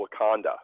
Wakanda